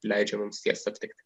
leidžia mums jas aptikti